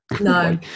no